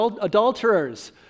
adulterers